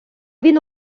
він